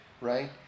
right